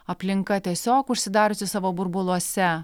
aplinka tiesiog užsidariusi savo burbuluose